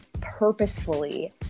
purposefully